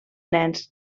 nens